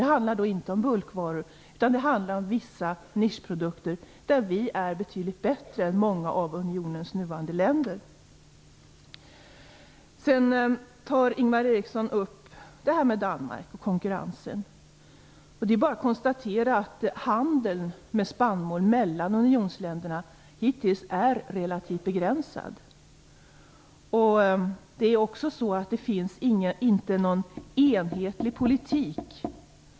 Det handlar då inte om bulkvaror utan om vissa nischprodukter som vi är betydligt bättre på än många av unionens nuvarande länder. Ingvar Eriksson tar upp frågan om konkurrensen med Danmark. Det är bara att konstatera att handeln med spannmål mellan unionsländerna hittills är relativt begränsad. Det finns heller inte någon enhetlig politik.